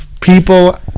people